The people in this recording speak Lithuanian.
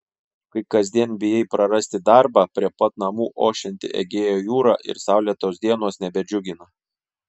kai kasdien bijai prarasti darbą prie pat namų ošianti egėjo jūra ir saulėtos dienos nebedžiugina